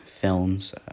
films